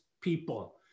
people